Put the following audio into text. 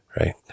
right